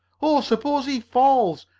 oh! suppose he falls!